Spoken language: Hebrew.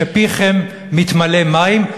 שפיכם מתמלא מים,